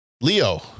Leo